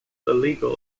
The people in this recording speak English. illegal